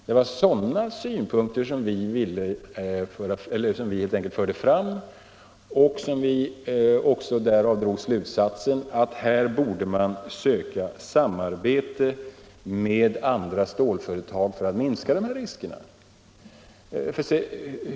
Det var sådana synpunkter vi förde fram, och det var av dem vi drog den slutsatsen att här borde man söka samarbete med andra stålföretag för att minska riskerna.